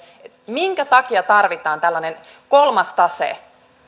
minkä takia tarvitaan tällainen kolmas tase